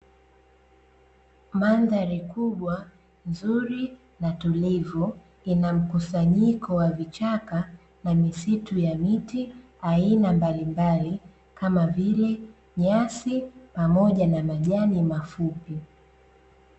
Mandhari kubwa, nzuri na tulivu, ina mkusanyiko wa vichaka na misitu ya miti aina mbalimbali; kama vile nyasi, pamoja na majani mafupi.